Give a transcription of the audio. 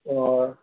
اور